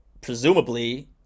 presumably